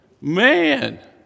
man